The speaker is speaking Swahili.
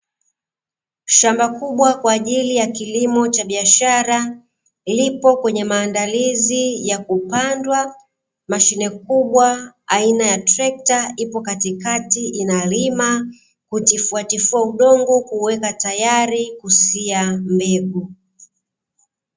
Shamba kubwa kwa ajili ya kilimo cha biashara lipo kwenye maandalizi ya kupandwa, mashine kuwa aina ya trekta ipo katikati inalima kutifuatifua udongo, kuuweka tayari kusia mbegu.